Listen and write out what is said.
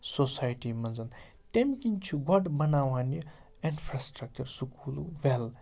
society منٛز تمہِ کِنۍ چھِ گۄڈٕ بَناوان یہِ اِنفراسٹرٛکچَر سکوٗلو وٮ۪ل